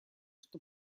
что